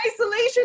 isolation